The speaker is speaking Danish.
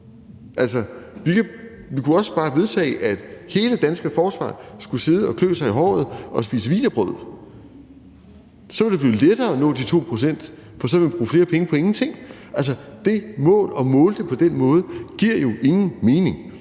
med. Vi kunne også bare vedtage, at hele det danske forsvar skulle sidde og klø sig i håret og spise wienerbrød. Så ville det blive lettere at nå de 2 pct., for så ville vi bruge flere penge på ingenting. Det mål og at måle det på den måde giver jo ingen mening,